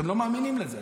אתם לא מאמינים לזה,